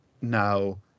now